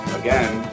again